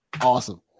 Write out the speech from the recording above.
awesome